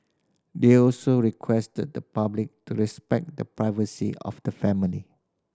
they also requested the public to respect the privacy of the family